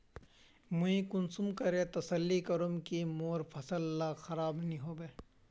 मुई कुंसम करे तसल्ली करूम की मोर फसल ला खराब नी होबे?